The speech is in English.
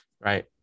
Right